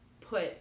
put